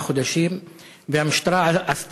15:59 תוכן עניינים הודעה למזכירת הכנסת